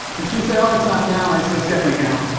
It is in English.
and she said, outlook's not down. i said, it's definitely down.